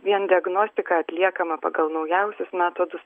vien diagnostika atliekama pagal naujausius metodus